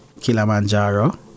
Kilimanjaro